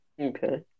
Okay